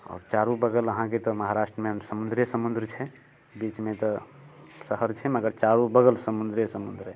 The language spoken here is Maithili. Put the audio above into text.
आओर चारू बगल अहाँकेँ तऽ महाराष्ट्रमे समुंद्रे समुंद्र छै बीचमे तऽ शहर छै मगर चारू बगल समुंद्रे समुंद्र